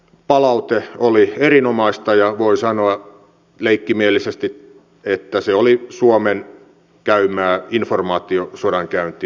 palaute oli erinomaista ja voi sanoa leikkimielisesti että se oli suomen käymää informaatiosodankäyntiä